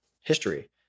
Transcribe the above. history